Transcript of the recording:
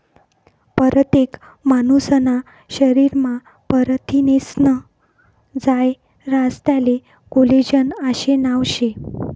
परतेक मानूसना शरीरमा परथिनेस्नं जायं रास त्याले कोलेजन आशे नाव शे